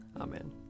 Amen